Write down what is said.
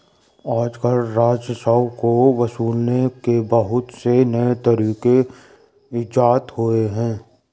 आजकल राजस्व को वसूलने के बहुत से नये तरीक इजात हुए हैं